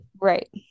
Right